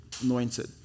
anointed